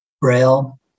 braille